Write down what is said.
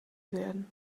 werden